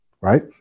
right